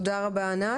תודה רבה לך ענת.